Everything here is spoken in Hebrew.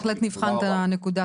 בהחלט אנו נבחן את הנקודה.